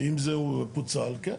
אם זה פוצל, כן.